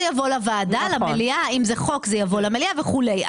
זה יבוא לוועדה ואם זה חוק זה יבוא למליאה וכולי.